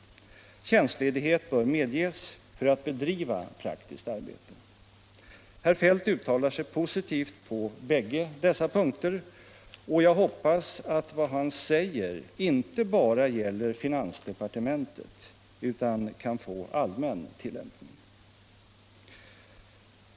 Tjänstledighet bör medges för att bedriva praktiskt arbete. Herr Feldt uttalar sig positivt på bägge dessa punkter, och jag hoppas att vad han säger inte bara gäller finansdepartementet, utan att det kan få en allmän tillämpning.